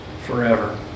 forever